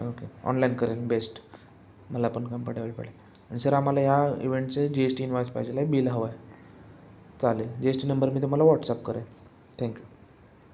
okay online करेन best मला पण कम्फर्टेबल पडेल आणि सर आम्हाला या इवेंटचे जी एस टी इनवाईस पाहिजेल बिल हवं आहे चालेल जी एस टी नंबर मी तुम्हाला व्हॉट्सअप करेल थँक्यू